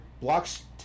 blocks